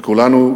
וכולנו,